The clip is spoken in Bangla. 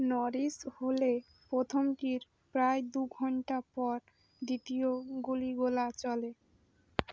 নরিশ হলে প্রথমকীর প্রায় দু ঘন্টা পর দ্বিতীয় গুলিগোলা চলে